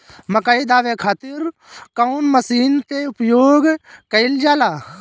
मकई दावे खातीर कउन मसीन के प्रयोग कईल जाला?